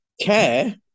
care